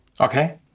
Okay